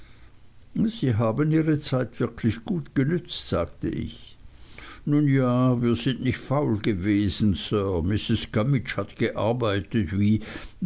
sie haben wirklich die zeit gut benützt sagte ich nun ja wir sind nicht faul gewesen sir mrs gummidge hat gearbeitet wie